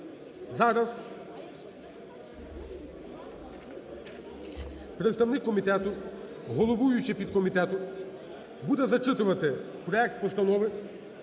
Зараз представник комітету, головуючий підкомітету буде зачитувати проект Постанови